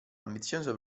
ambizioso